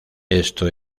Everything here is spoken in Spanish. esto